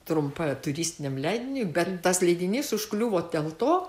trumpa turistiniam leidiniui bet tas leidinys užkliuvo dėl to